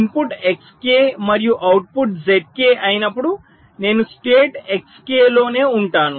input Xk మరియు output Zk అయినప్పుడు నేను స్టేట్ Xk లో నే ఉంటాను